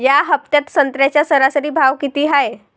या हफ्त्यात संत्र्याचा सरासरी भाव किती हाये?